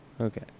Okay